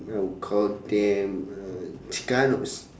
I would call them uh chikanos